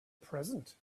present